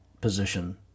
position